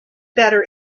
better